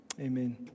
Amen